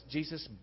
Jesus